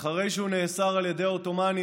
אחרי שהוא נאסר על ידי העות'מאנים,